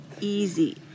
easy